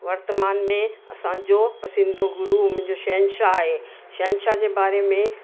वर्तमान में असांजो सिंधी गुरु मुंहिजो शहंशाह आहे शहंशाह जे बारे में